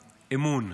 אמון.